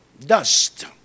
Dust